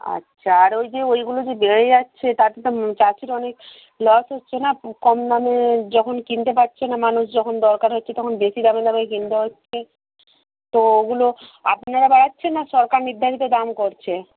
আচ্ছা আর ওই যে ওইগুলো যে বেড়ে যাচ্ছে তাতে তো চাষীর অনেক লস হচ্ছে না কম দামে যখন কিনতে পারছে না মানুষ যখন দরকার হচ্ছে তখন বেশি দামে দামে কিনতে তো ওগুলো আপনারা বাড়াচ্ছেন না সরকার নির্ধারিত দাম করছে